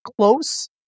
close